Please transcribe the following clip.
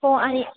हो आहे